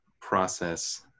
process